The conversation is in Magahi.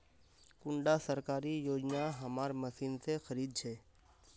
कुंडा सरकारी योजना हमार मशीन से खरीद छै?